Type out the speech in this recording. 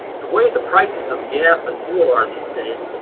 the way the prices of gas and fuel are these days,